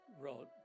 wrote